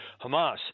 Hamas